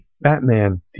Batman